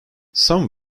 some